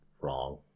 wrong